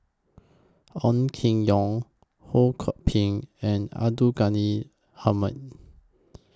Ong Keng Yong Ho Kwon Ping and Abdul Ghani Hamid